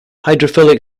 hydrophilic